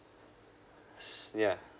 yeah